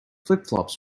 flipflops